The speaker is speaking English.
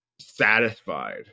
satisfied